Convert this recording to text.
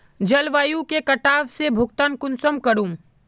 जलवायु के कटाव से भुगतान कुंसम करूम?